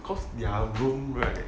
cause their room right